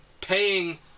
paying